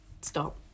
Stop